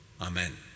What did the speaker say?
amen